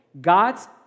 God's